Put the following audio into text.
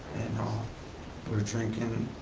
and we were drinking.